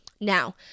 Now